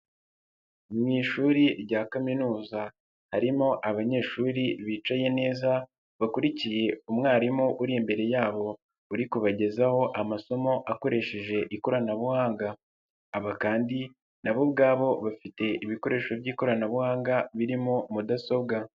Mu ishuri rya kaminuza harimo abanyeshuri bicaye neza, bakurikiye umwarimu uri imbere yabo uri kubagezaho amasomo akoresheje ikoranabuhanga, aba kandi na bo ubwabo bafite ibikoresho by'ikoranabuhanga birimo mudasobwa.